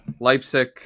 Leipzig